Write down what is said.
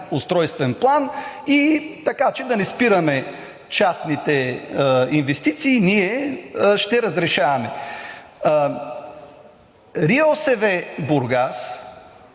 устройствен план, така че да не спираме частните инвестиции, ние ще разрешаваме. РИОСВ – Бургас,